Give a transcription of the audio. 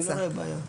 אני לא רואה בעיה.